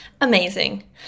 Amazing